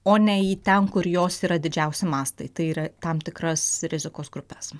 o ne į ten kur jos yra didžiausi mastai tai yra tam tikras rizikos grupes